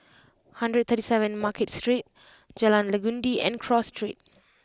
one hundred thirty seven Market Street Jalan Legundi and Cross Street